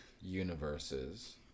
universes